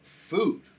food